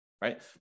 Right